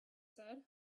said